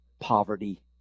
poverty